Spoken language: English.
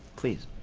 please,